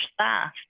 staff